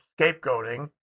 scapegoating